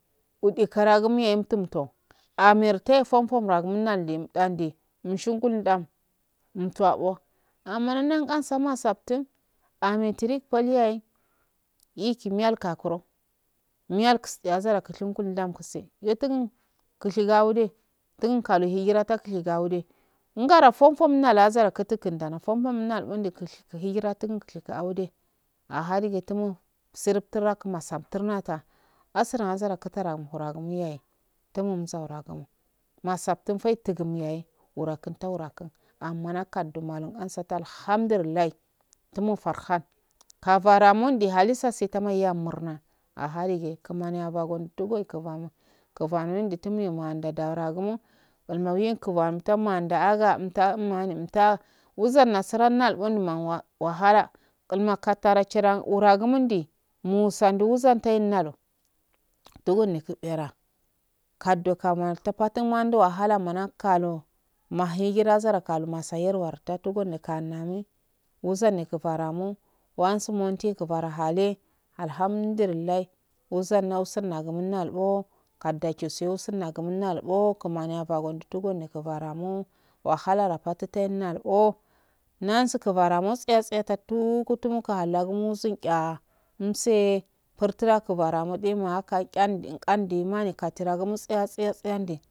Udigaragum nahe mitum to amartaye ye fonton wagum umnalde mdande umsungaldan umtuwan bo ammana nangasan masaftin ame trip pal yahe iki mijal kakaro miyal laseya zara siya nalkasa itun kushiga wude tun kdu imjira tak shigo wude ungara fon fon nala azara kutu kandara fon fon nal bundi kish gu hijia tun kishiga wude aha dige tumo siriptun nala kumarsa tunasa asuran hazan kutara huragun yaye tumu umsauri gumo masaftin fari tugun yaye wuro kin tara kun amma nakkato malun ausatal helamdulillah tumul harfan kalara mande halisa sababan yam murna aha die kumani yabayon ndugei kuvamo kuban wendu tumendo dauro gumo buluo wuye kuvan talma ndaaga umta umani umto wuzauna suran nalbo numa wa wahala gulma katara chiran wuragumundi masuundi wuzuntai umalo dugani ku bera kaldo kama tapatun mandu wahala mona kalo mahi jira zara kalo mafa yerwata tuguni kannumi wuzani ku, paramu waansu monti e kubura hale alhamdullilah wuzanno usabagu unalboo kadda jisu le usunago umnalbo kumani yabagon tuguni baramo wahala rapatiten nalbo nausa kuba motiya tsiya tatu kutuku kahalleguma sum chmse partude kubara mode mohaka chan quadi mani katiragu mutsiya tsiyandi.